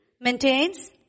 maintains